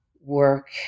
work